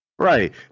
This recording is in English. Right